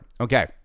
Okay